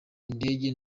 indege